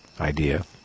idea